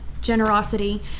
generosity